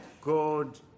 God